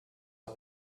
are